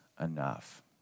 enough